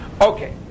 Okay